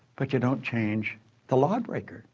but you don't change the lawbreaker,